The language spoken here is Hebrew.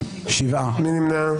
מי נמנע?